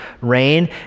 rain